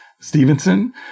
Stevenson